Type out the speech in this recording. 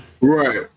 Right